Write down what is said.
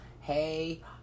hey